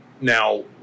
now